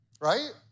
Right